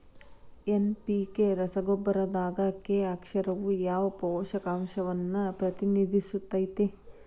NPK ರಸಗೊಬ್ಬರದಾಗ K ಅಕ್ಷರವು ಯಾವ ಪೋಷಕಾಂಶವನ್ನ ಪ್ರತಿನಿಧಿಸುತೈತ್ರಿ?